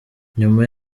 nyuma